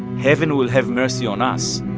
heaven will have mercy on us